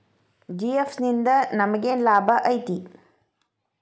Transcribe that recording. GFS ನಿಂದಾ ನಮೆಗೆನ್ ಲಾಭ ಐತಿ?